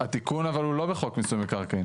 התיקון אבל, הוא לא בחוק מיסוי מקרקעין.